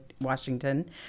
Washington